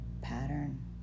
pattern